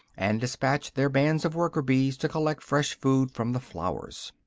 and despatch their bands of worker-bees to collect fresh food from the flowers.